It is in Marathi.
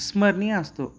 स्मरणीय असतो